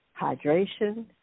hydration